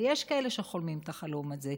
ויש כאלה שחולמים את החלום הזה,